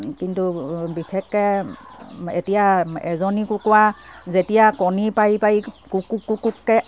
কিন্তু বিশেষকে এতিয়া এজনী কুকুৰা যেতিয়া কণী পাৰি পাৰি কুকুক কুকুককে